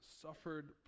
suffered